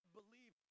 believe